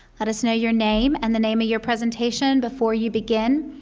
let us know your name and the name of your presentation before you begin.